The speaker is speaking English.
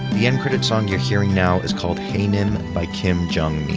the end credits song you're hearing now is called haenim by kim jung mi.